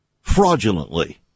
fraudulently